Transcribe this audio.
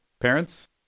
Parents